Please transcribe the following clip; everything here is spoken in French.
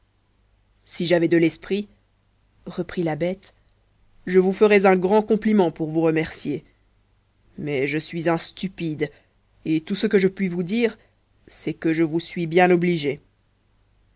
si j'avais de l'esprit reprit la bête je vous ferais un grand compliment pour vous remercier mais je suis un stupide et tout ce que je puis vous dire c'est que je vous suis bien obligé